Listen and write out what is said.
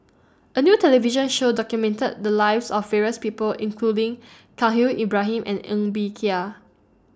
A New television Show documented The Lives of various People including Khalil Ibrahim and Ng Bee Kia